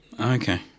Okay